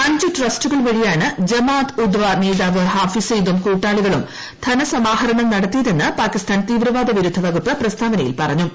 അഞ്ച് ട്രസ്റ്റുകൾ വഴിയാണ് ജമാത്ത് ഉദ്ദ് ദവ നേതാവ് ഹാഫിസ് സെയ്ദും കൂട്ടാളികളും ധനസമാഹരണം നടത്തിയതെന്ന് പാകിസ്ഥാൻ തീവ്രവാദ വിരുദ്ധ വകുപ്പ് പ്രസ്താവനയിൽ പറഞ്ഞു